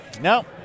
no